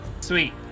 Sweet